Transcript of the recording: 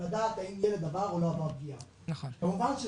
כדי לדעת האם ילד עבר או לא עבר פגיעה.